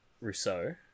Rousseau